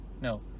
No